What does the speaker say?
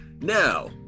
Now